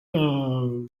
now